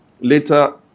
later